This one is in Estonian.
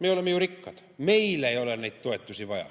Me oleme ju rikkad, meil ei ole neid toetusi vaja.